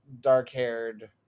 dark-haired